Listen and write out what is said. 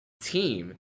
team